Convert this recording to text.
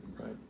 right